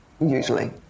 usually